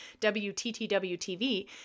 WTTW-TV